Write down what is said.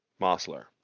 Mossler